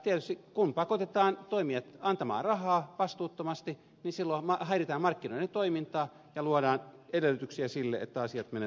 tietysti kun pakotetaan toimijat antamaan rahaa vastuuttomasti silloin häiritään markkinoiden toimintaa ja luodaan edellytyksiä sille että asiat menevät pieleen